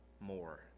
more